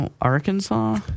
Arkansas